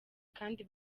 kandi